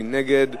מי נגד?